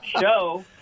show